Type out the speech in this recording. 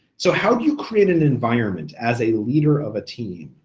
so how do you create an environment as a leader of a team